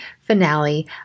finale